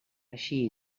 així